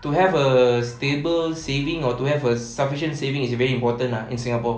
to have a stable saving or to have a sufficient saving is very important ah in singapore